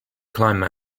climb